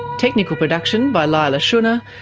technical production by leila shunnar,